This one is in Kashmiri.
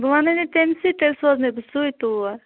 بہٕ وَنے نہ تٔمسٕے تیٚلہِ سوزنے بہٕ سُے تور